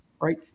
Right